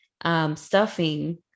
Stuffing